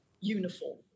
uniform